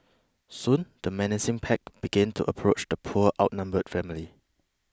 soon the menacing pack began to approach the poor outnumbered family